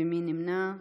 מי נמנע?